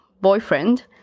boyfriend